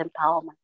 empowerment